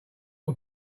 you